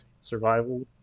Survival